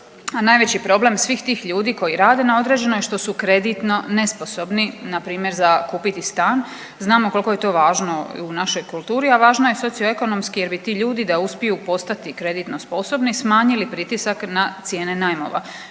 najveći problem svih tih ljudi koji rade na određeno je što su kreditno nesposobni npr. za kupiti stan, znamo koliko je to važno u našoj kulturi, a važno je i socioekonomski jer bi ti ljudi da uspiju postati kreditno sposobni smanjili pritisak na cijene najmova,